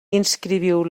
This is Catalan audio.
inscriviu